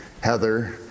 Heather